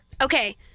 Okay